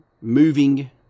moving